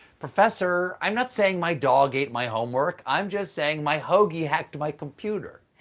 professor, i'm not saying my dog ate my homework. i'm just saying, my hoagie hacked my computer.